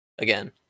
again